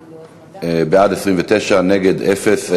בעד, 29, נגד, אפס.